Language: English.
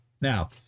Now